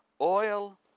oil